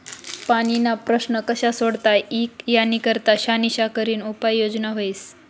पाणीना प्रश्न कशा सोडता ई यानी करता शानिशा करीन उपाय योजना व्हस